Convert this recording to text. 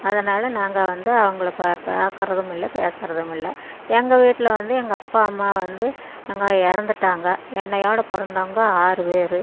அதனால் நாங்கள் வந்து அவங்கள பார்க்கறதும் இல்லை பேசுறதும் இல்லை எங்கள் வீட்டில் வந்து எங்கள் அப்பா அம்மா வந்து எங்க இறந்துட்டாங்க என்னையோடு பிறந்தவுங்க ஆறு பேர்